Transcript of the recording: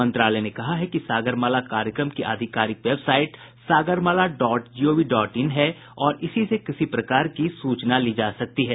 मंत्रालय ने कहा है कि सागरमाला कार्यक्रम की आधिकारिक website Sagarmala dot gov dot in है और इसी से किसी प्रकार की सूचना ली जा सकती है